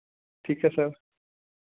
ਠੀਕ ਹੈ ਸਰ